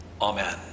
Amen